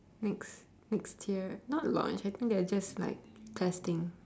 next next year not launch I think they're just like testing